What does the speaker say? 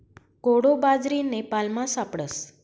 कोडो बाजरी नेपालमा सापडस